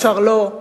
אפשר לא.